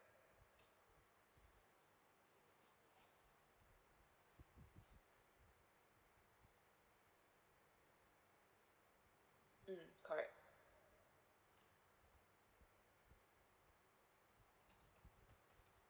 mm correct